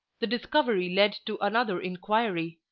the discovery led to another inquiry.